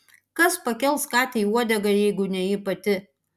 kas pakels katei uodegą jeigu ne ji pati